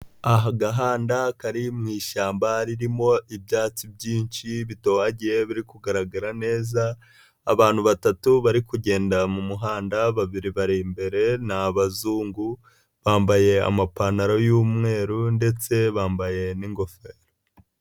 Agahanda kari mu ishyamba ririmo ibyatsi byinshi bitohagiye biri kugaragara neza, abantu batatu bari kugenda mu muhanda babiri bari imbere ni abazungu bambaye amapantaro y'umweru ndetse bambaye n'ingofero.